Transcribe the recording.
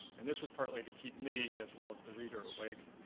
and this was partly to keep me as well as the reader awake